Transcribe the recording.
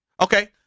Okay